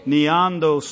Niando